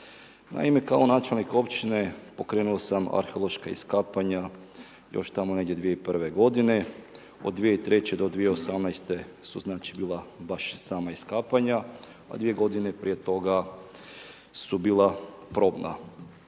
Naime, kao načelnik općine pokrenuo sam arheološka iskapanja još tamo negdje 2001. godine. Od 2003. do 2018. su znači bila baš sama iskapanja, a dvije godine prije toga su bila probna.